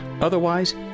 Otherwise